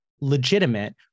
legitimate